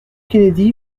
kennedy